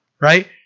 right